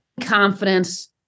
confidence